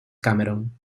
cameron